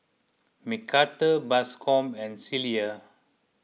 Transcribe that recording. Macarthur Bascom and Cilla